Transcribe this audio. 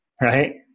Right